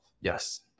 Yes